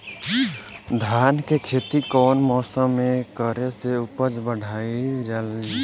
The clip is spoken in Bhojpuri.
धान के खेती कौन मौसम में करे से उपज बढ़ाईल जाई?